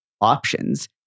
options